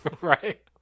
Right